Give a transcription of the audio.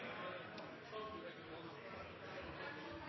Jeg har